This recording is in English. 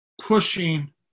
pushing